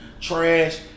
Trash